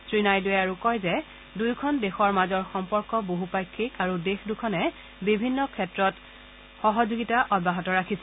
শ্ৰীনাইডুৱে আৰু কয় যে দুয়োখন দেশৰ মাজৰ সম্পৰ্ক বহুপাক্ষিক আৰু দেশ দুখনে বিভিন্ন ক্ষেত্ৰত সহযোগিতা অব্যাহত আছে